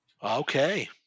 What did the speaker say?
Okay